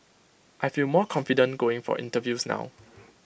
I feel more confident going for interviews now